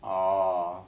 orh